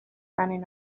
running